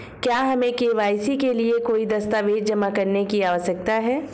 क्या हमें के.वाई.सी के लिए कोई दस्तावेज़ जमा करने की आवश्यकता है?